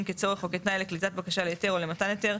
כצורך או כתנאי לקליטת בקשה להיתר או למתן היתר,